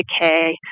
decay